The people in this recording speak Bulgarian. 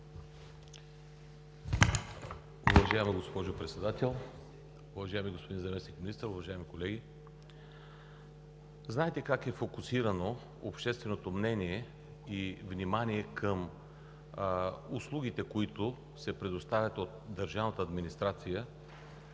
Уважаема госпожо Председател, уважаеми господин Заместник-министър, уважаеми колеги! Знаете как е фокусирано общественото мнение и внимание към услугите, които се предоставят от държавната администрация.